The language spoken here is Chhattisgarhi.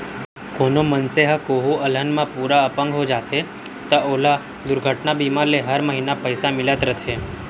कोनों मनसे ह कोहूँ अलहन म पूरा अपंग हो जाथे त ओला दुरघटना बीमा ले हर महिना पइसा मिलत रथे